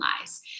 lies